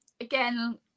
again